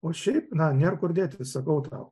o šiaip na nėr kur dėtis sakau tau